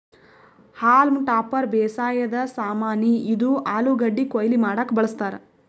haulm topper ಬೇಸಾಯದ್ ಸಾಮಾನಿ, ಇದು ಆಲೂಗಡ್ಡಿ ಕೊಯ್ಲಿ ಮಾಡಕ್ಕ್ ಬಳಸ್ತಾರ್